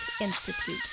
Institute